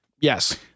Yes